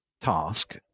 task